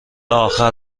آخر